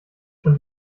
schon